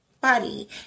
body